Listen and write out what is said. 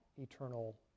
eternal